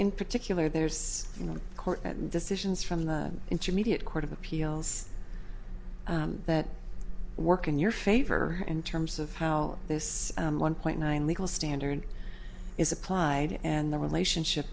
in particular there's no court decisions from the intermediate court of appeals that work in your favor in terms of how this one point nine legal standard is applied and the relationship